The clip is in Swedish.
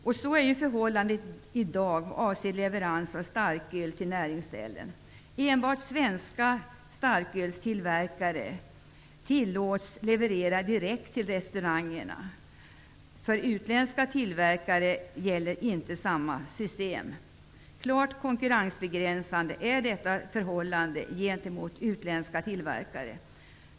Ett sådant föreligger ju i dag vad avser leverans av starköl till näringsställen. Enbart svenska starkölstillverkare tillåts leverera direkt till restauranger. För utländska tillverkare tillämpas ett annat system. Detta förhållande är klart konkurrensbegränsande gentemot utländska tillverkare.